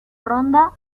ronda